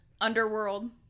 underworld